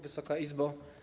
Wysoka Izbo!